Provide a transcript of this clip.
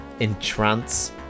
entrance